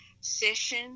session